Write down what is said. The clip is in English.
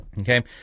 Okay